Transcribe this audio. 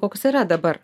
koks yra dabar